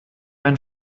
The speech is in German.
ein